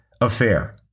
affair